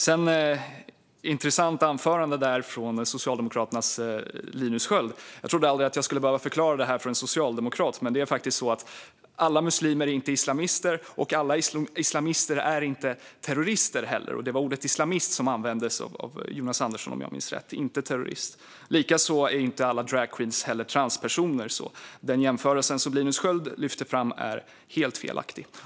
Sedan var det ett intressant anförande från Socialdemokraternas Linus Sköld. Jag trodde aldrig att jag skulle behöva förklara detta för en socialdemokrat: Alla muslimer är faktiskt inte islamister, och alla islamister är inte heller terrorister. Det var ordet islamist som användes av Jonas Andersson, om jag minns rätt, inte terrorist. Inte heller är alla dragqueens transpersoner, så den jämförelse som Linus Sköld lyfte fram är helt felaktig.